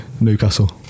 Newcastle